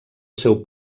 seu